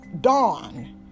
Dawn